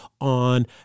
on